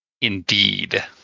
Indeed